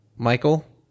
Michael